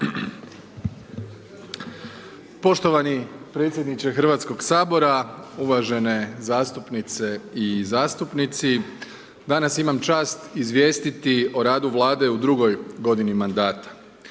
Poštovani predsjedniče Hrvatskoga sabora, uvažene zastupnice i zastupnici. Danas imam čast izvijestiti o radu Vlade u drugoj godini mandata